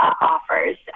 offers